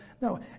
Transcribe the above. No